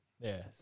Yes